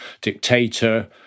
dictator